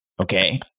Okay